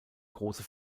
große